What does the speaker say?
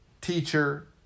teacher